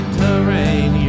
terrain